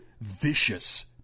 vicious